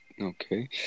Okay